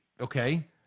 Okay